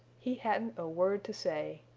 he hadn't a word to say.